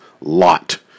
lot